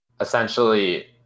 essentially